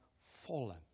fallen